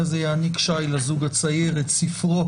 הוא זה שגלום בתקנות אלו והאם לא נכון היה ללכת כמה צעדים יותר קדימה?